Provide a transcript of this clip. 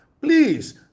Please